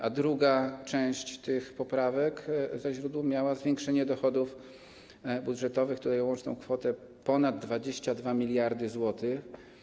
A druga część tych poprawek za źródło miała zwiększenie dochodów budżetowych o łączną kwotę ponad 22 mld zł.